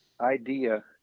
idea